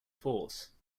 force